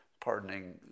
pardoning